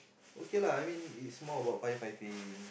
okay lah I mean it's more about firefighting